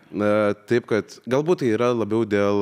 na taip kad galbūt tai yra labiau dėl